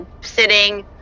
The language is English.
sitting